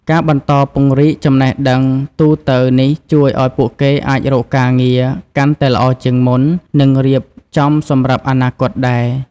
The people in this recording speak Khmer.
ការបន្តពង្រីកចំណេះដឹងទូទៅនេះជួយឲ្យពួកគេអាចរកការងារកាន់តែល្អជាងមុន និងរៀបចំសម្រាប់អនាគតដែរ។